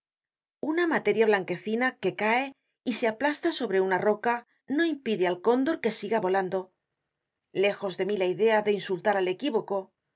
una materiablanquecina que cae y se aplasta sobre una roca no impide al condor que siga volando lejos de mí la idea de insultar al equívoco le